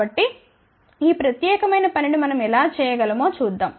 కాబట్టి ఈ ప్రత్యేకమైన పనిని మనం ఎలా చేయగలమో చూద్దాం